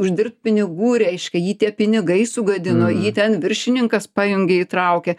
uždirbt pinigų reiškia jį tie pinigai sugadino jį ten viršininkas pajungė įtraukė